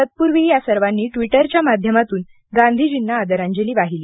तत्पूर्वी या सर्वांनी ट्विटरच्या माध्यमातून गांधीजींना आदरांजली वाहिली